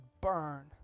burn